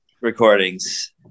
recordings